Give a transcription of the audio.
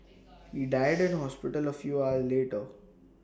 he died in hospital A few hours later